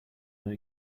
that